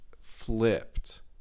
flipped